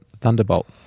Thunderbolt